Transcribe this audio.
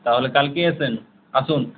তাহলে কালকেই এসেন আসুন